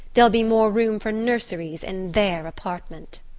there'll be more room for nurseries in their apartment!